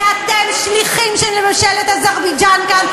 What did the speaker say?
כי אתם שליחים של ממשלת אזרבייג'ן כאן,